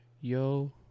Yo